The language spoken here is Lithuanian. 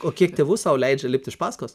o kiek tėvų sau leidžia lipt iš pasakos